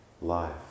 Life